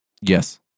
Yes